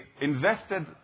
invested